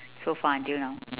so far until now